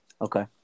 Okay